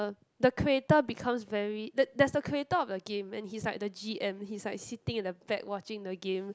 the the creator becomes very the there's a creator of the game and he's like the G_M he's like sitting in the back watching the game